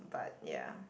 but ya